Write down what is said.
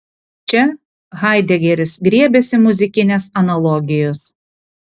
čia haidegeris griebiasi muzikinės analogijos